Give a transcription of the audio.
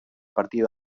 partir